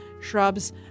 shrubs